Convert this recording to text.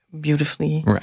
beautifully